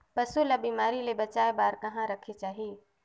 पशु ला बिमारी ले बचाय बार कहा रखे चाही?